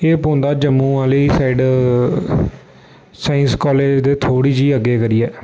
एह् पौंदा जम्मू आह्ली साइड साइंस आह्ली साइड थोह्ड़ी जेही अग्गें करियै